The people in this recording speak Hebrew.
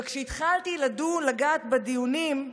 וכשהתחלתי לדון, לגעת בדיונים,